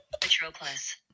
Patroclus